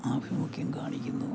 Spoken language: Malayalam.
ആഭിമുഖ്യം കാണിക്കുന്നു